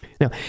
Now